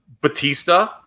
Batista